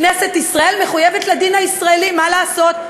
כנסת ישראל מחויבת לדין הישראלי, מה לעשות.